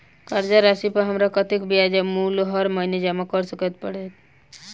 कर्जा राशि पर हमरा कत्तेक ब्याज आ मूल हर महीने जमा करऽ कऽ हेतै?